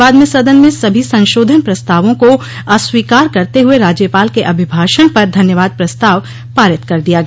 बाद में सदन में सभी संशोधन प्रस्तावों को अस्वीकार करते हुए राज्यपाल के अभिभाषण पर धन्यवाद प्रस्ताव पारित कर दिया गया